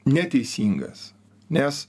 neteisingas nes